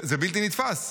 זה בלתי נתפס.